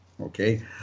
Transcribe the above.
okay